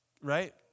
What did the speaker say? right